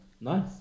Nice